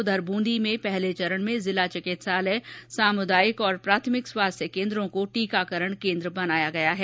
उधर ब्रंदी में पहले चरण में जिला चिकित्सालय सामुदायिक और प्राथमिक स्वास्थ्य केन्द्रों को टीकाकरण केन्द्र बनाया गया है